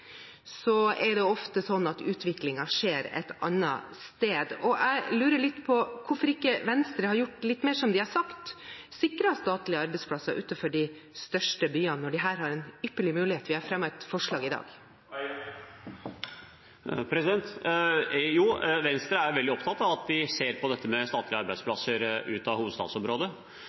er det ofte slik at utviklingen skjer et annet sted. Jeg lurer litt på hvorfor Venstre ikke har gjort litt mer som de har sagt, og sikret statlige arbeidsplasser utenfor de største byene når de her har en ypperlig mulighet. Vi har fremmet et forslag i dag. Jo, Venstre er veldig opptatt av at vi ser på dette med statlige arbeidsplasser ut av hovedstadsområdet,